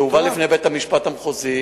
זה הובא לפני בית-המשפט המחוזי,